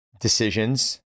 decisions